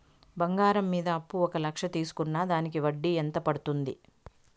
బంగారం మీద అప్పు ఒక లక్ష తీసుకున్న దానికి వడ్డీ ఎంత పడ్తుంది?